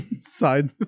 side